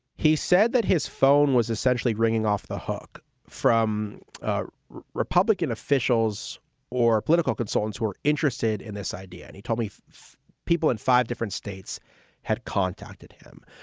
he said that his phone was essentially ringing off the hook from ah republican officials or political consultants who are interested in this idea. and he told me five people in five different states had contacted him.